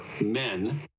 men